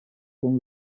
con